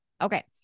Okay